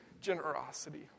generosity